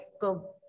go